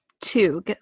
two